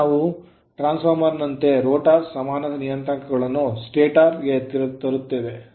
ಮುಂದೆ ನಾವು transformer ನಂತೆ ರೋಟರ್ ಸಮಾನ ನಿಯತಾಂಕಗಳನ್ನು ಸ್ಟಾಟರ್ ಗೆ ತರುತ್ತೇವೆ